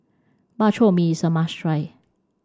Bak Chor Mee is a must try